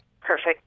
perfect